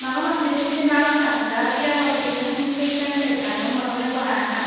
म्हाका मातशें तुमचें नांव सांगता कित्याक हॉस्पिटलान खूब पेशंट येता न्हय म्हाका मागीर कळना